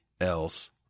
else